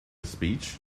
speech